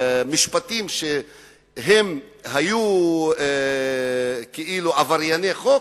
המשפטים שהיו כאילו הם עברו על החוק,